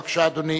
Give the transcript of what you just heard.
בבקשה, אדוני.